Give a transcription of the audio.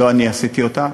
לא אני עשיתי אותה,